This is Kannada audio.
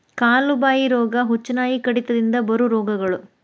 ಕಾಲು ಬಾಯಿ ರೋಗಾ, ಹುಚ್ಚುನಾಯಿ ಕಡಿತದಿಂದ ಬರು ರೋಗಗಳು